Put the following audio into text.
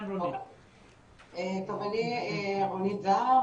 אני רונית זר,